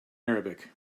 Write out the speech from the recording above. arabic